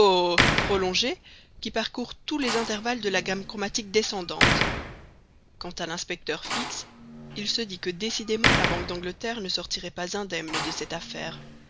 prolongés qui parcourent tous les intervalles de la gamme chromatique descendante quant à l'inspecteur fix il se dit que décidément la banque d'angleterre ne sortirait pas indemne de cette affaire